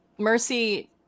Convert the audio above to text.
Mercy